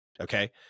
Okay